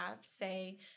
say